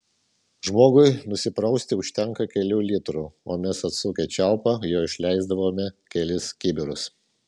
žmogui nusiprausti užtenka kelių litrų o mes atsukę čiaupą jo išleisdavome kelis kibirus